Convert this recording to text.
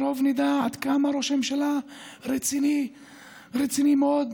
אנחנו, הרוב במדינה הזאת, ננצח אתכם.